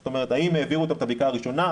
זאת אומרת האם העבירו אותם את הבדיקה הראשונה,